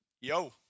yo